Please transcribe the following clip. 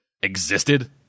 existed